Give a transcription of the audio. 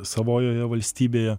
savojoje valstybėje